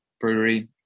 Brewery